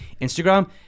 Instagram